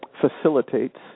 facilitates